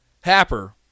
Happer